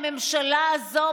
הממשלה הזו,